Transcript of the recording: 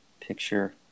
picture